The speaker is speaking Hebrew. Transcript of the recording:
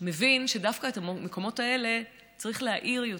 מבין שדווקא את המקומות האלה צריך להאיר יותר.